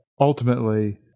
ultimately